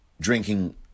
drinking